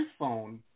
iPhone